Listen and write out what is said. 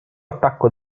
attacco